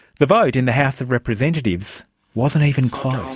the vote in the house of representatives wasn't even close